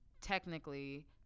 technically